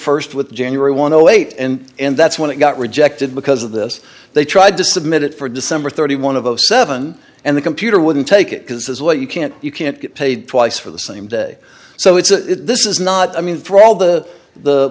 it st with january one hundred and eight and that's when it got rejected because of this they tried to submit it for december thirty one of the seven and the computer wouldn't take it because as what you can't you can't get paid twice for the same day so it's this is not i mean for all the the